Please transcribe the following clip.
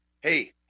hey